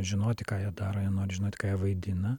žinoti ką jie daro jie nori žinot ką jie vaidina